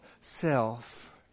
self